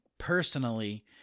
Personally